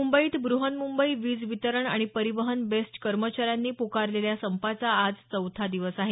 मुंबईत ब्रहन्मुंबई वीज वितरण आणि परिवहन बेस्ट कर्मचाऱ्यांनी प्कारलेल्या संपाचा आज चौथा दिवस आहे